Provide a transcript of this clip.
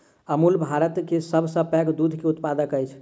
अमूल भारत के सभ सॅ पैघ दूध के उत्पादक अछि